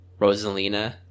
Rosalina